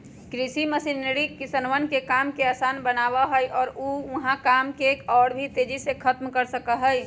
कृषि मशीनरी किसनवन के काम के आसान बनावा हई और ऊ वहां काम के और भी तेजी से खत्म कर सका हई